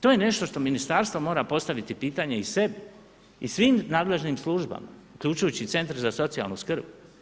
To je nešto što ministarstvo mora postaviti pitanje i sebi i svim nadležnim službama uključujući i centre za socijalnu skrb.